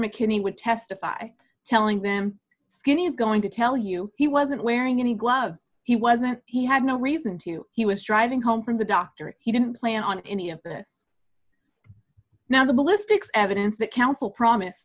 mckinney would testify telling them skinny's going to tell you he wasn't wearing any gloves he wasn't he had no reason to he was driving home from the doctor he didn't plan on any of that now the ballistics evidence that council promise